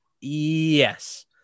Yes